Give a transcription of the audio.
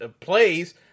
plays